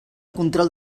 control